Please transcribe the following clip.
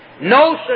No